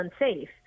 unsafe